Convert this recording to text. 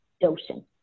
dosing